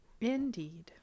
Indeed